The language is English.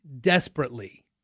desperately